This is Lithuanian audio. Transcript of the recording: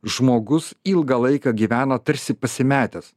žmogus ilgą laiką gyveno tarsi pasimetęs